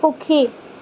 সুখী